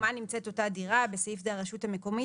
שבתחומה נמצאת אותה דירה (בסעיף זה - הרשות המקומית),